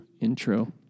intro